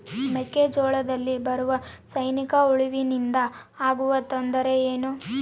ಮೆಕ್ಕೆಜೋಳದಲ್ಲಿ ಬರುವ ಸೈನಿಕಹುಳುವಿನಿಂದ ಆಗುವ ತೊಂದರೆ ಏನು?